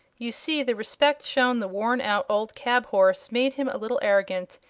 you see, the respect shown the worn-out old cab-horse made him a little arrogant,